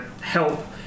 help